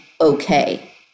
okay